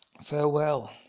Farewell